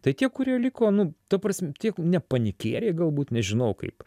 tai tie kurie liko nu ta prasme tie ne panikieriai galbūt nežinau kaip